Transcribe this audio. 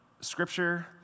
Scripture